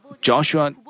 Joshua